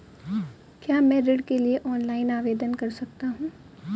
क्या मैं ऋण के लिए ऑनलाइन आवेदन कर सकता हूँ?